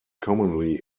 commonly